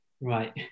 Right